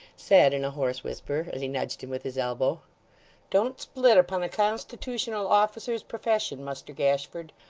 said, in a hoarse whisper, as he nudged him with his elbow don't split upon a constitutional officer's profession, muster gashford.